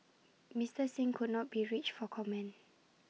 Mister Singh could not be reached for comment